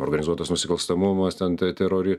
organizuotas nusikalstamumas ten te terori